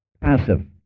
passive